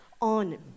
on